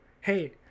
hey